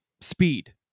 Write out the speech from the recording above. speed